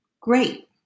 great